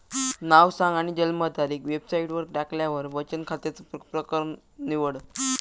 नाव सांग आणि जन्मतारीख वेबसाईटवर टाकल्यार बचन खात्याचो प्रकर निवड